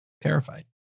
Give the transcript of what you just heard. Terrified